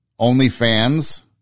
OnlyFans